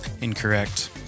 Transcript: Incorrect